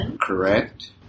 correct